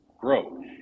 grow